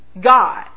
God